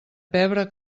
pebre